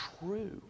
true